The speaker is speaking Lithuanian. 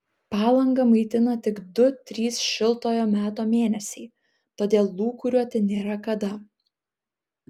palangą maitina tik du trys šiltojo meto mėnesiai todėl lūkuriuoti nėra kada